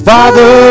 Father